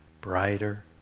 brighter